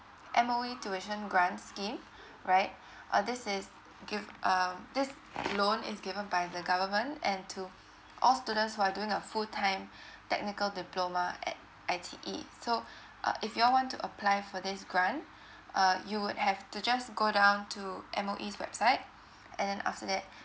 M_O_E tuition grants scheme right uh this is give um this loan is given by the government and to all students who are doing a full time technical diploma at I_T_E so uh if you all want to apply for this grant uh you would have to just go down to M_O_E's website and then after that